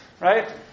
Right